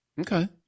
okay